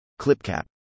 Clipcap